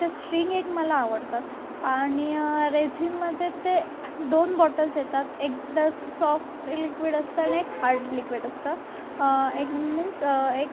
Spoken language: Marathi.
तर श्ट्रिंग एक मला आवडतात आणि रेझिनमध्ये ते दोन बॉटल्स येतात एक द सॉफ्ट लिक्विड असतं आणि एक हार्ड लिक्विड असतं एक मिन्स एक